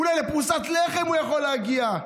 אולי לפרוסת לחם הוא יכול להגיע.